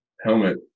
Helmet